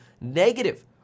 negative